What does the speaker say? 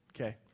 Okay